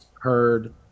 heard